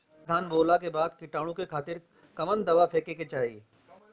मोटका धान बोवला के बाद कीटाणु के खातिर कवन दावा फेके के चाही?